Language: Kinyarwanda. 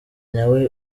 nawe